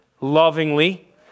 lovingly